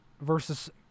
versus